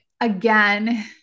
again